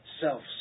Self